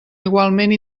igualment